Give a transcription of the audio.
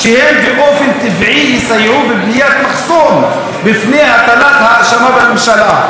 שהם באופן טבעי יסייעו בבניית מחסום בפני" הטלת ההאשמה בממשלה.